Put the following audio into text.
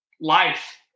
life